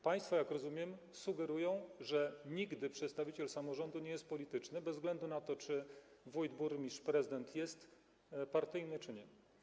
Państwo, jak rozumiem, sugerują, że nigdy przedstawiciel samorządu nie jest polityczny, bez względu na to, czy wójt, burmistrz, prezydent jest partyjny, czy nie.